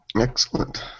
Excellent